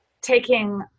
taking